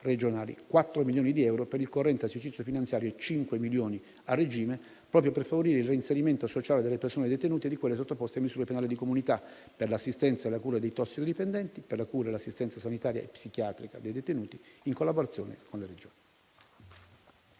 regionali 4 milioni di euro per il corrente esercizio finanziario e 5 milioni di euro a regime, proprio per favorire il reinserimento sociale delle persone detenute e di quelle sottoposte a misure penali di comunità, per l'assistenza e la cura dei tossicodipendenti, per la cura e l'assistenza sanitaria e psichiatrica dei detenuti, in collaborazione con le Regioni.